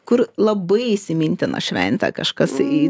kur labai įsimintina šventė kažkas į